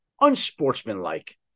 unsportsmanlike